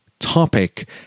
topic